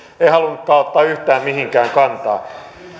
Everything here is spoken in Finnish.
ei halunnutkaan ottaa yhtään mihinkään kantaa